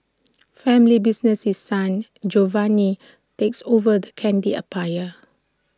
family business His Son Giovanni takes over the candy empire